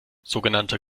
sogenannter